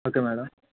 okay madam